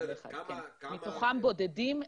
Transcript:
כ-2,500, מתוכם בודדים.